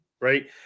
right